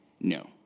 No